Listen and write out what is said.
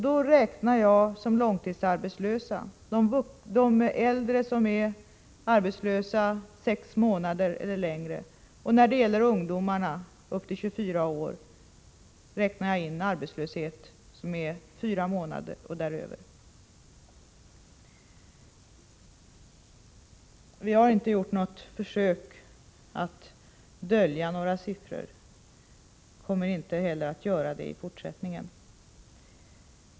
Då räknar jag som långtidsarbetslösa de äldre som är arbetslösa sex månader eller längre och ungdomar upp till 24 år som varit arbetslösa fyra månader eller mer. Jag har inte försökt dölja några siffror och kommer inte heller i fortsättningen att göra det.